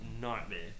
nightmare